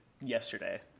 yesterday